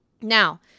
Now